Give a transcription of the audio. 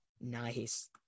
Nice